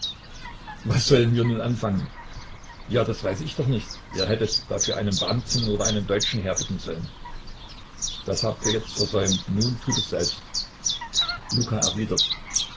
was sollen wir nun anfangen ja das weiß ich doch nicht ihr hättet dafür einen beamten oder einen deutschen herbitten sollen das habt ihr jetzt versäumt nun tut es selbst luka erwidert